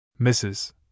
Mrs